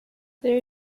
there